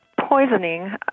poisoning